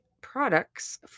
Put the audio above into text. products